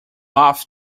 ought